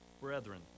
Brethren